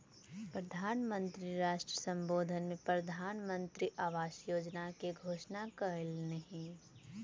प्रधान मंत्री राष्ट्र सम्बोधन में प्रधानमंत्री आवास योजना के घोषणा कयलह्नि